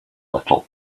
little